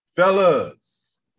Fellas